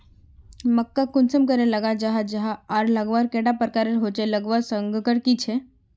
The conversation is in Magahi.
मक्का कुंसम करे लगा जाहा जाहा आर लगवार कैडा प्रकारेर होचे लगवार संगकर की झे?